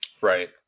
Right